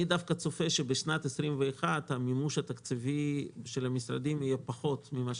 אני דווקא צופה שבשנת 21 המימוש התקציבי של המשרדים יהיה פחות מאשר